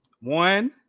one